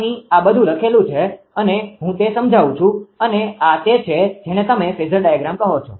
અહી આ બધું લખેલું છે અને હું તે સમજાવું છું અને આ તે છે જેને તમે ફેઝર ડાયાગ્રામ કહો છો